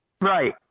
Right